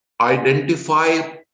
identify